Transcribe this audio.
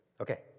Okay